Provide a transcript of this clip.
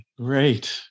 Great